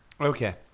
Okay